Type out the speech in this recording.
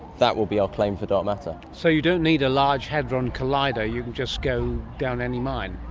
that will be our claim for dark matter. so you don't need a large hadron collider, you can just go down any mine.